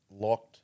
locked